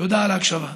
תודה על ההקשבה.